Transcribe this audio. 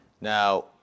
Now